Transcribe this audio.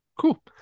Cool